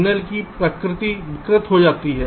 signal की प्रकृति विकृत हो जाती है